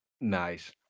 Nice